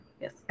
Yes